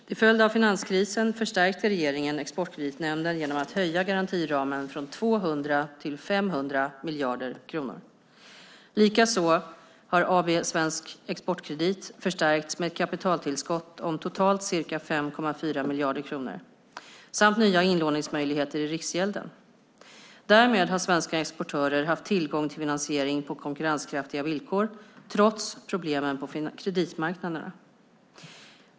Till följd av finanskrisen förstärkte regeringen Exportkreditnämnden genom att höja garantiramen från 200 till 500 miljarder kronor. Likaså har AB Svensk Exportkredit förstärkts med ett kapitaltillskott om totalt ca 5,4 miljarder kronor, samt nya inlåningsmöjligheter i Riksgälden. Därmed har svenska exportörer haft tillgång till finansiering på konkurrenskraftiga villkor, trots problemen på kreditmarknaderna.